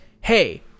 Hey